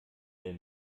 der